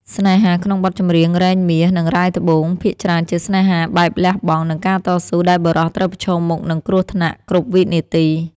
ស្នេហាក្នុងបទចម្រៀងរែងមាស និងរ៉ែត្បូង ភាគច្រើនជាស្នេហាបែបលះបង់ និងការតស៊ូ ដែលបុរសត្រូវប្រឈមមុខនឹងគ្រោះថ្នាក់គ្រប់វិនាទី។